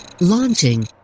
Launching